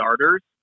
starters